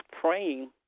praying